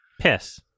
Piss